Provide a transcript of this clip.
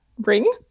ring